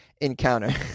encounter